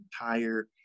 entire